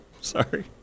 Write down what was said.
Sorry